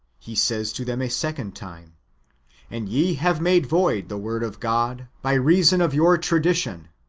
he says to them a second time and ye have made void the word of god by reason of your tradition